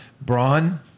Braun